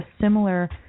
similar